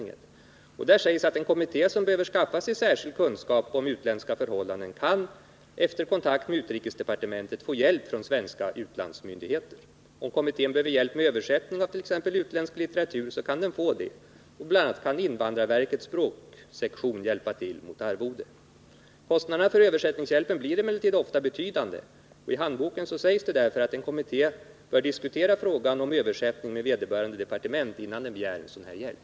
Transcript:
I den handboken sägs att en kommitté som behöver skaffa sig särskild kunskap om utländska förhållanden efter kontakt med UD kan få hjälp från svenska utlandsmyndigheter. Om kommittén behöver hjälp med översättning avt.ex. utländsk litteratur, kan den få det. Bl. a. kan invandrarverkets språksektion hjälpa till mot arvode. Kostnaderna för översättningshjälp blir emellertid ofta betydande. I handboken sägs därför att en kommitté bör diskutera frågan om översättning med vederbörande departement innan den begär sådan hjälp.